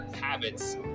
habits